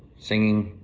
singing,